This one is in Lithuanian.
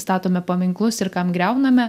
statome paminklus ir kam griauname